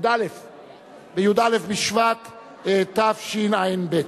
בי"א בשבט התשע"ג.